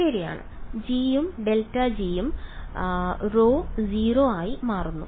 ശരിയാണ് g ഉം ∇g ഉം ρ → 0 ആയി മാറുന്നു